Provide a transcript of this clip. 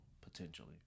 potentially